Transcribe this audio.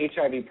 HIV